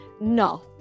No